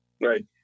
Right